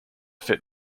fit